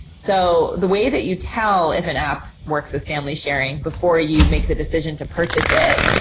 so the way that you tell if an app works with family sharing before you make the decision to purchase it,